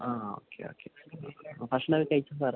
ആ okay okay ഭക്ഷണം കഴിച്ചോ സാറെ